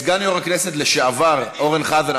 סגן יו"ר הכנסת לשעבר אורן חזן,